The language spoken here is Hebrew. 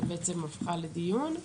שבעצם הפכה לדיון.